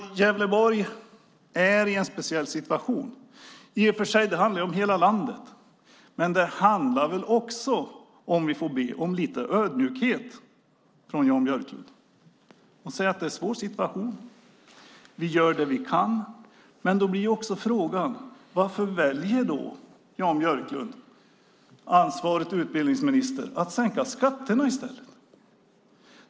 Gävleborg är i en speciell situation. Det handlar i och för sig om hela landet, men det handlar också om lite ödmjukhet från Jan Björklund. Han säger att det är en svår situation och att de gör vad de kan. Men varför väljer Jan Björklund, ansvarig utbildningsminister, att sänka skatterna i stället?